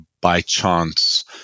by-chance